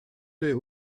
der